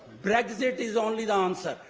brexit is only the answer.